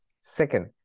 Second